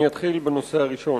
אני אתחיל בנושא הראשון.